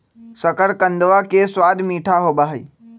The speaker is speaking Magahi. शकरकंदवा के स्वाद मीठा होबा हई